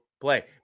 play